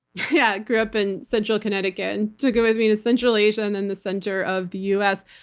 yeah, i grew up in central connecticut, and took it with me to central asia and then the center of the us.